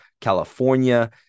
California